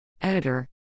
Editor